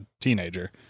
teenager